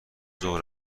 ظهر